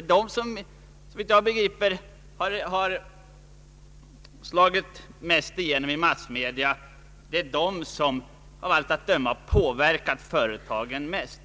Det är det som har slagit igenom mest i massmedia och som av allt att döma påverkat företagen mest.